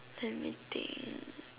let me think